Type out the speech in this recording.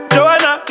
Joanna